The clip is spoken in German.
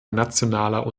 nationaler